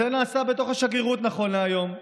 זה נעשה בתוך השגרירות, נכון להיום.